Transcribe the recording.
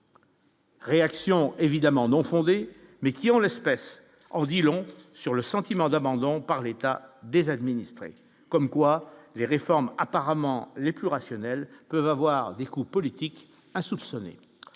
Réaction évidemment non mais qui en l'espèce, en dit long sur le sentiment d'abandon par l'état des administrés, comme quoi les réformes apparemment les plus rationnels que avoir des coups politiques à soupçonner